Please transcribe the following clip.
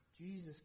Jesus